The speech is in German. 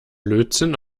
lötzinn